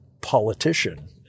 politician